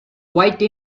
white